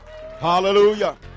Hallelujah